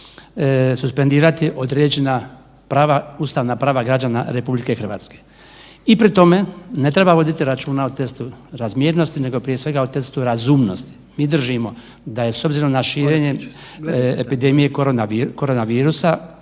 sabora suspendirati određena prava, ustavna prava građana RH i pri tome ne treba voditi računa o testu razmjernosti nego prije svega o testu razumnosti. Mi držimo da je s obzirom na širenje epidemije korona virusa